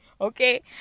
Okay